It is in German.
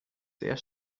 sehr